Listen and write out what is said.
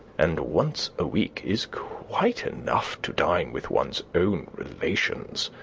and once a week is quite enough to dine with one's own relations.